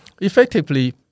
effectively